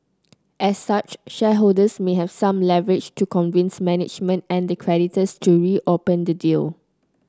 as such shareholders may have some leverage to convince management and the creditors to reopen the deal